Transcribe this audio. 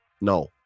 No